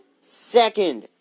second